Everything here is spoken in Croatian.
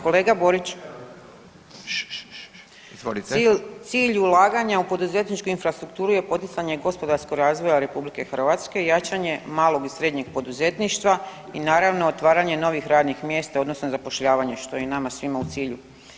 Kolega Borić ... [[Upadica se ne čuje.]] [[Upadica: Izvolite.]] Cilj ulaganja u poduzetničku infrastrukturu je poticanje gospodarskog razvoja RH i jačanje malog i srednjeg poduzetništva i naravno, otvaranje novih radnih mjesta odnosno zapošljavanje, što je i nama svima u cilju.